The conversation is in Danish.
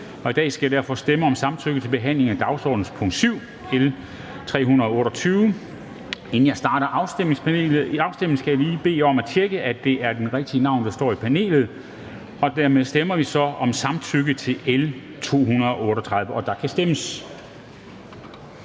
I dag skal vi derfor stemme om samtykke til behandlingen af dagsordenens punkt 7, L 238. Inden jeg starter afstemningen, skal jeg lige bede jer om at tjekke, at det er det rigtige navn, der står i afstemningspanelet. Kl. 13:16 Afstemning Formanden